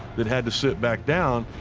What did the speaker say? that had to sit back down,